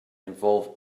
involve